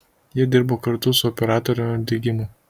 jie dirbo kartu su operatoriumi digimu